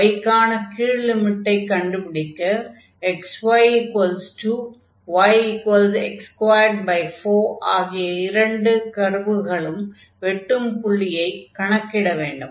y க்கான கீழ் லிமிட்டை கண்டுபிடிக்க xy2 yx24 ஆகிய இரண்டும் கர்வுகளும் வெட்டும் புள்ளியைக் கணக்கிட வேண்டும்